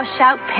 Shout